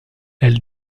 elle